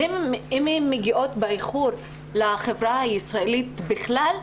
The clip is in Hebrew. אם הן מגיעות באיחור לחברה הישראלית בכלל,